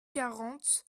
quarante